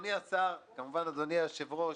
אדוני השר, אדוני היושב-ראש,